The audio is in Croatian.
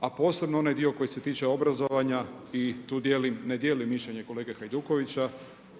a posebno onaj dio koji se tiče obrazovanja i tu ne dijelim mišljenje kolege Hajdukovića